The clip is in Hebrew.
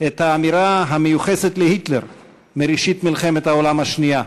את האמירה המיוחסת להיטלר מראשית מלחמת העולם השנייה,